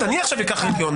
אני עכשיו אקח רגיעון.